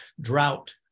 drought